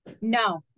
No